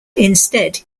instead